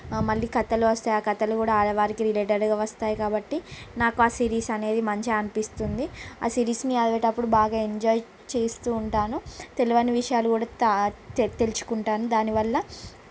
మళ్ళీ కథలు వస్తాయి ఆ కథలు కూడా ఆడవాళ్ళకి రిలేటెడ్ వస్తాయి కాబట్టి నాకు ఆ సిరీస్ అనేది మంచిగా అనిపిస్తుంది ఆ సిరీస్ని చదివేటప్పుడు బాగా ఎంజాయ్ చేస్తు ఉంటాను తెలవని విషయాలు కూడా తా తెలుసుకుంటాను దాని వల్ల